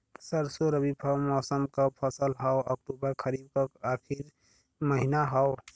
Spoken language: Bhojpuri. सरसो रबी मौसम क फसल हव अक्टूबर खरीफ क आखिर महीना हव